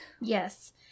yes